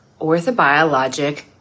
Orthobiologic